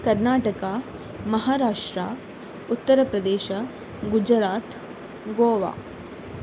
Karnataka Maharashtra Uttar Pradesh Gujarat Goa